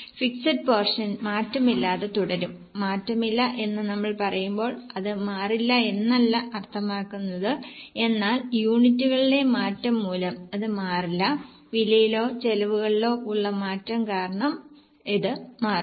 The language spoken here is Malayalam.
ഫിക്സ് പോർഷൻ മാറ്റമില്ലാതെ തുടരും മാറ്റമില്ല എന്ന് നമ്മൾ പറയുമ്പോൾ അത് മാറില്ല എന്നല്ല അർത്ഥമാക്കുന്നത് എന്നാൽ യൂണിറ്റുകളിലെ മാറ്റം മൂലം ഇത് മാറില്ല വിലയിലോ ചെലവുകളിലോ ഉള്ള മാറ്റം കാരണം ഇത് മാറും